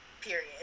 Period